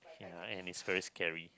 ya and is very scary